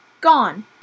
Gone